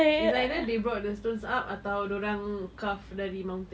it's either they brought the stones up atau dorang carve dari mountain